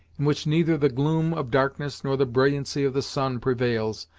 in which neither the gloom of darkness nor the brilliancy of the sun prevails,